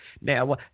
Now